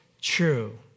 true